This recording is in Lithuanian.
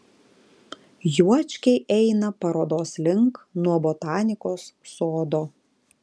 juočkiai eina parodos link nuo botanikos sodo